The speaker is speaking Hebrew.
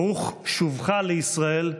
ברוך שובך לישראל,